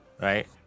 Right